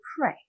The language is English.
pray